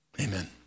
Amen